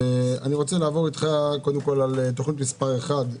אני רוצה לעבור על תוכנית מס' 1,